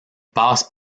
passe